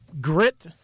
grit